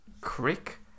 Crick